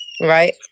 Right